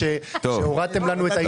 שבו הורדתם לנו את הייצוג,